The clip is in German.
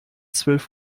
zwölf